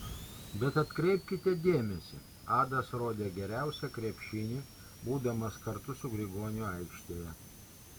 bet atkreipkite dėmesį adas rodė geriausią krepšinį būdamas kartu su grigoniu aikštėje